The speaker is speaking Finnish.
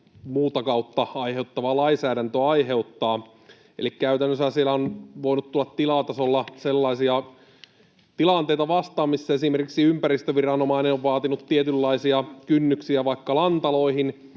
muuta kautta aiheuttava lainsäädäntö aiheuttaa. Eli käytännössä siellä on voinut tulla tilatasolla sellaisia tilanteita vastaan, että esimerkiksi ympäristöviranomainen on vaatinut tietynlaisia kynnyksiä vaikka lantaloihin